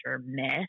myth